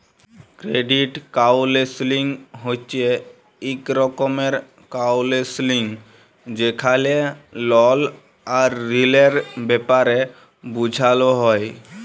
credit counselling হছে ইক রকমের কাউল্সেলিং যেখালে লল আর ঋলের ব্যাপারে বুঝাল হ্যয়